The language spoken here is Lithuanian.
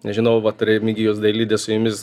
nežinau vat remigijus dailidė su jumis